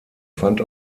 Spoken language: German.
fand